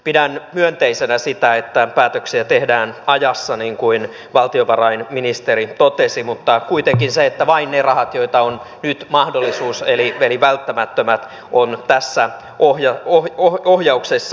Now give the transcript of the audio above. pidän myönteisenä sitä että päätöksiä tehdään ajassa niin kuin valtiovarainministeri totesi mutta kuitenkin vain ne rahat joita on nyt mahdollisuus käyttää eli välttämättömät ovat tässä ohjauksessa